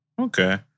Okay